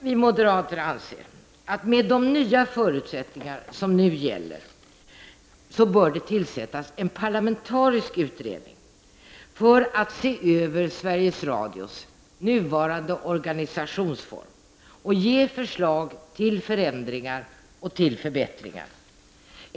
Vi moderater anser att det med de nya förutsättningar som nu gäller bör tillsättas en parlamentarisk utredning för att se över Sveriges Radios nuvarande organisationsform och ge förslag till förändringar och förbättringar.